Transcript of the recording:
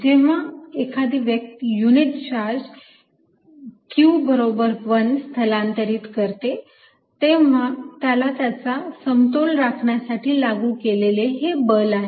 जेव्हा एखादा व्यक्ती युनिट चार्ज q 1 स्थलांतरित करतो तेव्हा त्याला त्याचा समतोल राखण्यासाठी लागू केलेले हे बल आहे